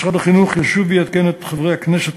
משרד החינוך ישוב ויעדכן את חברי הכנסת